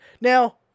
Now